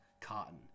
cotton